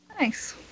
nice